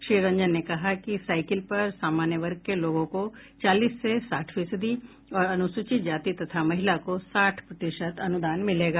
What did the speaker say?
श्री रंजन ने कहा कि साइकिल पर सामान्य वर्ग के लोगों को चालीस से साठ फीसदी और अनुसूचित जाति तथा महिला को साठ प्रतिशत अनुदान मिलेगा